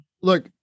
Look